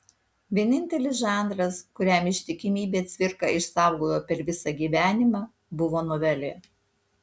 vienintelis žanras kuriam ištikimybę cvirka išsaugojo per visą gyvenimą buvo novelė